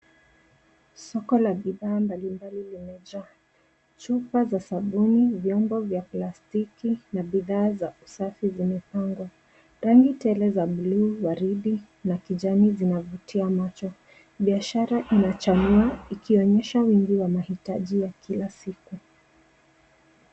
Soko la bidhaa mbalimbali limejaa. Chupa za sabuni vyombo vya plastiki na bidhaa za usafi zimepangwa. Rangi tele za bluu, waridi na kijani zinavutia macho. Biashara inachanua ikionyesha wingu wa mahitaji ya kila siku.